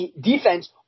defense